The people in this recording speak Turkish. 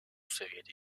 seviyede